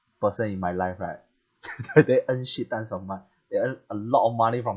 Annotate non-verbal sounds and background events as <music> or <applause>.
person in my life right <laughs> they earn shit tons a month they earn a lot of money from